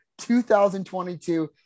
2022